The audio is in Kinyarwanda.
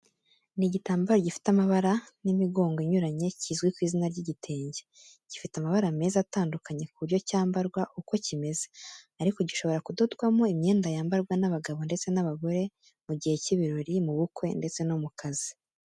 Ni igitambaro gifite amabara n’imigongo inyuranye kizwi ku izina ry'igitenge, gifite amabara meza atandukanye ku buryo cyambarwa uko kimeze ariko gishobora kudodwamo imyenda yambarwa n'abagabo ndetse n'abagore mu gihe cy'ibirori, mu bukwe ndetse no mu kazi.